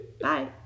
Bye